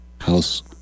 house